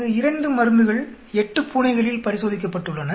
இங்கு 2 மருந்துகள் 8 பூனைகளில் பரிசோதிக்கப்பட்டுள்ளன